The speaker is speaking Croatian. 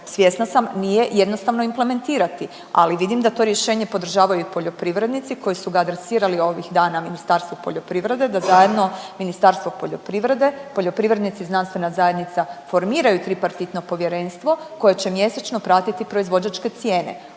svjesna sam nije jednostavno implementirati, ali vidim da to rješenje podržavaju poljoprivrednici koji su ga adresirali ovih dana Ministarstvu poljoprivrede da zajedno Ministarstvo poljoprivrede, poljoprivrednici i znanstvena zajednica formiraju tripartitno povjerenstvo koje će mjesečno pratiti proizvođačke cijene.